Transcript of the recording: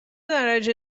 درجه